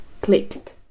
clicked